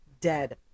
dead